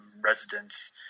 residents